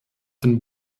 den